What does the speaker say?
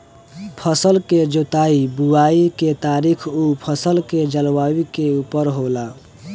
फसल के जोताई बुआई के तरीका उ फसल के जलवायु के उपर होला